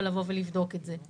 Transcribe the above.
לבדוק את זה.